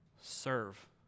serve